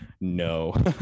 No